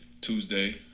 Tuesday